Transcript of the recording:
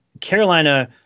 Carolina